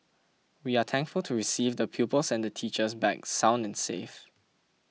we are thankful to receive the pupils and the teachers back sound and safe